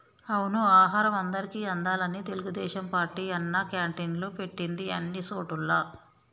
అవును ఆహారం అందరికి అందాలని తెలుగుదేశం పార్టీ అన్నా క్యాంటీన్లు పెట్టింది అన్ని సోటుల్లా